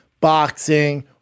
boxing